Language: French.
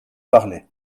parlait